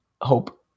hope